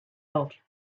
world